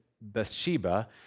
Bathsheba